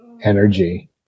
energy